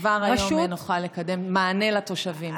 אני אשמח שכבר היום נוכל לקדם מענה לתושבים.